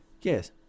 Yes